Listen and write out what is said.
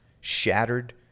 shattered